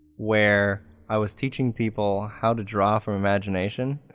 where i was teaching people how to draw from imagination.